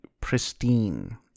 pristine